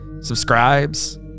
Subscribes